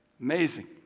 Amazing